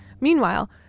Meanwhile